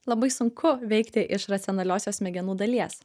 labai sunku veikti iš racionaliosios smegenų dalies